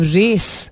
race